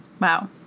wow